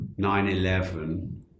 9-11